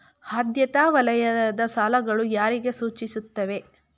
ಆದ್ಯತಾ ವಲಯದ ಸಾಲಗಳು ಯಾರಿಗೆ ಸೂಚಿಸುತ್ತವೆ?